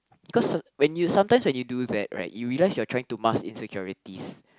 because when you sometimes when you do that right you realize you are trying to mask insecurities